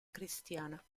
cristiana